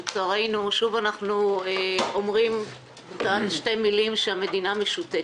לצערנו שוב אנחנו אומרים שהמדינה משותקת.